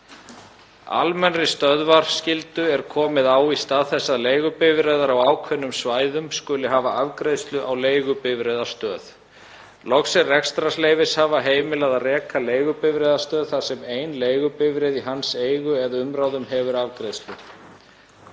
Almennri stöðvarskyldu er komið á í stað þess að leigubifreiðar á ákveðnum svæðum skuli hafa afgreiðslu á leigubifreiðastöð. Loks er rekstrarleyfishafa heimilað að reka leigubifreiðastöð þar sem ein leigubifreið í hans eigu eða umráðum hefur afgreiðslu.